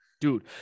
dude